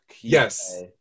Yes